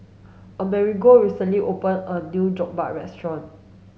Amerigo recently opened a new Jokbal restaurant